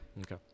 Okay